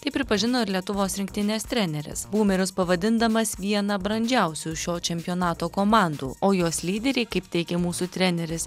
tai pripažino ir lietuvos rinktinės treneris būmerius pavadindamas viena brandžiausių šio čempionato komandų o jos lyderiai kaip teigia mūsų treneris